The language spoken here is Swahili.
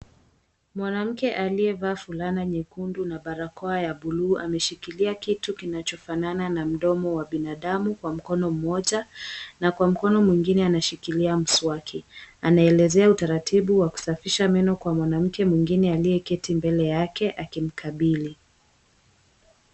Mwanamke aliyevaa fulana nyekundu na barakoa ya bulu , ame shikilia kitu kinachofanana na mdomo wa binadamu kwa mkono mmoja na kwa mkono mwingine anashikilia mswaki. Anaelezea utaratibu wa kusafisha meno kwa mwanamke mwengine aliyeketi mbele yake aki mkabili.